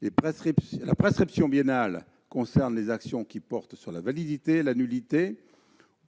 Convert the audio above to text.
La prescription biennale concerne les actions qui portent sur la validité, la nullité